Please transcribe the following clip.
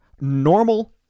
normal